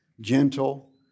gentle